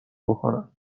بکنم